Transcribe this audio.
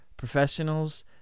professionals